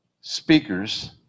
speakers